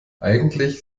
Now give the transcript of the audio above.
eigentlich